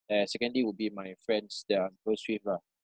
uh secondary would be my friends that are those few lah